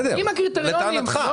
לטענתך.